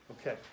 Okay